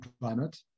climate